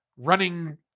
running